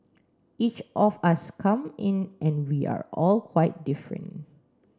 each of us come in and we are all quite different